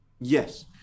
Yes